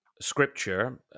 Scripture